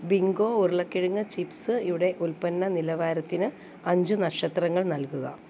Bingo ഉരുളക്കിഴങ്ങ് chips യുടെ ഉൽപ്പന്ന നിലവാരത്തിന് അഞ്ച് നക്ഷത്രങ്ങൾ നൽകുക